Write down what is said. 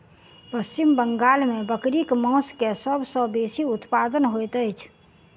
पश्चिम बंगाल में बकरीक मौस के सब सॅ बेसी उत्पादन होइत अछि